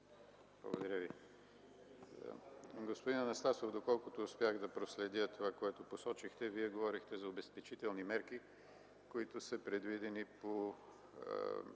Благодаря Ви. Господин Анастасов, доколкото успях да проследя това, което посочихте, Вие говорихте за обезпечителни мерки, които са предвидени по